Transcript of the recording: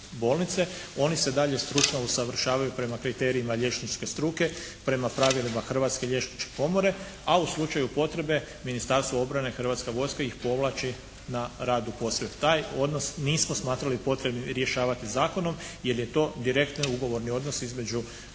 bolnice. Oni se dalje stručno usavršavaju prema kriterijima liječničke struke, prema pravilima Hrvatske liječničke komore, a u slučaju potrebe Ministarstvo obrane i Hrvatska vojska ih povlači na rad u postrojbe. Taj odnos nismo smatrali potrebnim rješavati zakonom , jer je to direktni ugovorni odnos između